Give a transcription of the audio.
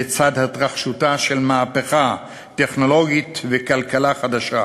לצד התרחשותה של מהפכה טכנולוגית וכלכלה חדשה.